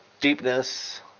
deepness